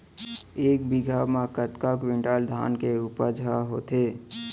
एक बीघा म कतका क्विंटल धान के उपज ह होथे?